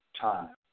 time